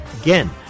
Again